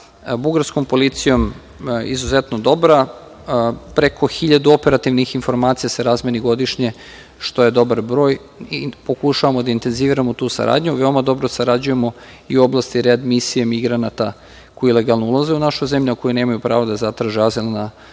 bugarskom policijom izuzetno dobra. Preko 1.000 operativnih informacija se razmeni godišnje, što je dobar broj i pokušavamo da intenziviramo tu saradnju. Veoma dobro sarađujemo i u oblasti readmisije migranata koji ilegalno ulaze u našu zemlju, a koji nemaju pravo da zatraže azil na